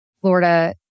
Florida